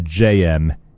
JM